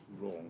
wrong